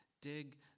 Dig